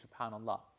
SubhanAllah